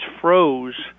froze